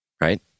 right